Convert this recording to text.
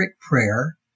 prayer